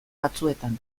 batzuetan